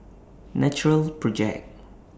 Natural Project